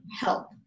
help